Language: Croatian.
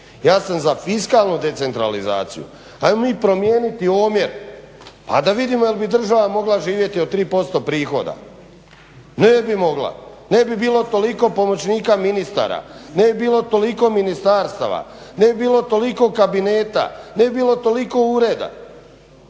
Ja sam za fiskalnu decentralizaciju. Ajmo mi promijeniti omjer a da vidimo jel bi država mogla živjeti od 3% prihoda? Ne bi mogla, ne bi bilo toliko pomoćnika ministara, ne bi bilo toliko ministarstava, ne bi bilo toliko kabineta, ne bi bilo toliko ureda